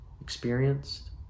experienced